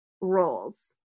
roles